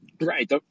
Right